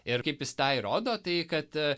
ir kaip jis tą įrodo tai kad a